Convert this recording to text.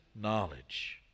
knowledge